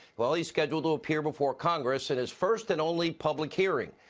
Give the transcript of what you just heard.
well, he scheduled to appear before congress in his first and only public hearing.